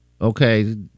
okay